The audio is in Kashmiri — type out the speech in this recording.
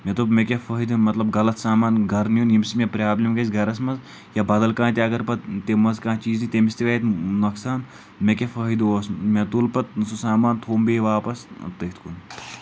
مےٚ دوٚپ مےٚ کیٛاہ فٲیدٕ مطلب غلط سامان گرٕ نیُن ییٚمہِ سۭتۍ مےٚ پرابلِم گژھِ گرس منٛز یا بدل کانٛہہ تہِ اگر پتہٕ تمہِ منٛزٕ کانٛہہ چیٖز یی تٔمِس تہِ واتہِ نۄقصان مےٚ کیٛاہ فہٲیدٕ اوس مےٚ تُل پتہٕ سُہ سامان تھوٚوُم بیٚیہِ واپس تٔتھۍ کُن